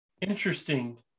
Interesting